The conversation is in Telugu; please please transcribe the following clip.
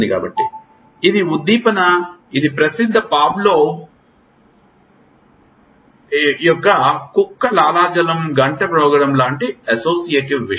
కాబట్టి ఇది ఉద్దీపన ఇది ప్రసిద్ధ పావ్లోవ్ యొక్క కుక్క లాలాజలం గంట మ్రోగడం లాంటి అసోసియేటివ్ విషయం